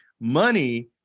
money